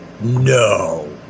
No